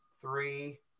three